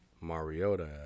Mariota